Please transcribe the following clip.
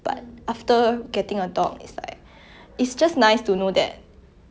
there's a thing not a thing sorry like there's my dog waiting for me you know